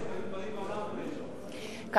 צודק, היו דברים מעולם, אדוני היושב-ראש.